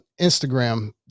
Instagram